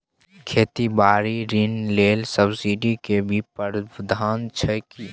खेती बारी ऋण ले सब्सिडी के भी प्रावधान छै कि?